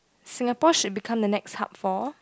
Singapore should become the next hub for